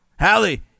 Hallie